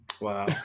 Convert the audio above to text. Wow